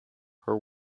her